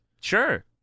sure